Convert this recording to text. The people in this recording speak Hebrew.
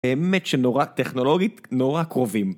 האמת שנורא טכנולוגית, נורא קרובים.